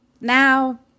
Now